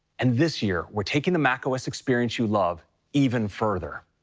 and this year, we're taking the macos experience you love even further.